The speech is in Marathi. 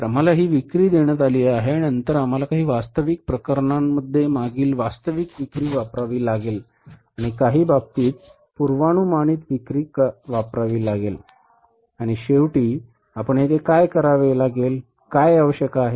तर आम्हाला ही विक्री देण्यात आली आहे आणि नंतर आम्हाला काही वास्तविक प्रकरणांमध्ये मागील वास्तविक विक्री वापरावी लागेल आणि काही बाबतीत पूर्वानुमानित विक्री वापरावी लागेल आणि शेवटी आपण येथे काय करावे लागेल काय आवश्यक आहे